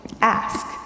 ask